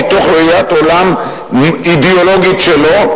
מתוך ראיית עולם אידיאולוגית שלו,